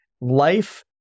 life